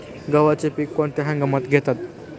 गव्हाचे पीक कोणत्या हंगामात घेतात?